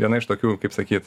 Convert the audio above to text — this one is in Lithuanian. viena iš tokių kaip sakyt